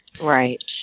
Right